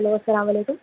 hello سلام علیکم